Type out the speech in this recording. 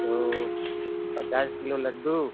तो पचास किलो लड्डू